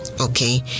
okay